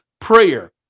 prayer